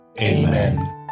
Amen